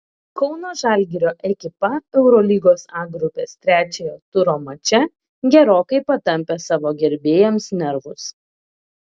kauno žalgirio ekipa eurolygos a grupės trečiojo turo mače gerokai patampė savo gerbėjams nervus